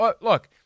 Look